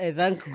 thank